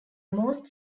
most